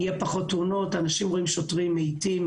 זה נכון שכשאנשים רואים שוטרים הם מאטים,